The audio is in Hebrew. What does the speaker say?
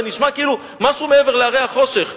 זה נשמע כאילו משהו מעבר להרי החושך.